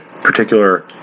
particular